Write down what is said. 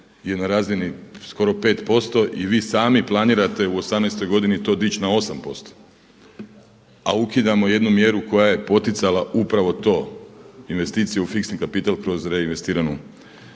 je na razini skoro 5% i vi sami planirate u 2018. godini to dići na 8%, a ukidamo jednu mjeru koja je poticala upravo to investicije u fiksni kapital kroz reinvestiranu